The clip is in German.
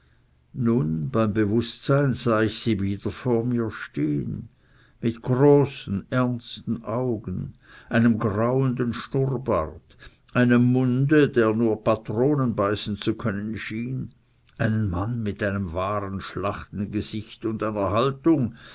nun beim bewußtsein sah ich sie wieder vor mir stehen mit großen ernsten augen einem grauenden schnurrbart einem munde der nur patronen beißen zu können schien einen mann mit einem wahren schlachtengesicht und einer haltung